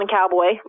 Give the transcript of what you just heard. Cowboy